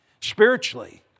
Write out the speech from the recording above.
spiritually